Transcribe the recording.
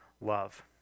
love